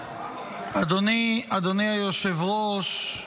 אדוני היושב-ראש,